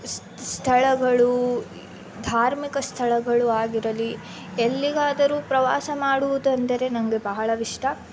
ಸ್ ಸ್ಥಳಗಳು ಧಾರ್ಮಿಕ ಸ್ಥಳಗಳು ಆಗಿರಲಿ ಎಲ್ಲಿಗಾದರೂ ಪ್ರವಾಸ ಮಾಡುವುದೆಂದರೆ ನನಗೆ ಬಹಳ ಇಷ್ಟ